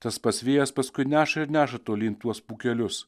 tas pats vėjas paskui neša ir neša tolyn tuos pūkelius